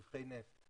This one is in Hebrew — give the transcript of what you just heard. רווחי נפט,